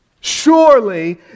Surely